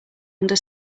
under